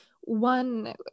one